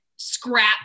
scrap